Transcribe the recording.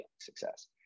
success